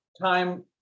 time